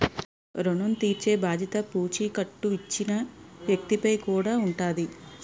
ఋణం తీర్చేబాధ్యత పూచీకత్తు ఇచ్చిన వ్యక్తి పై కూడా ఉంటాది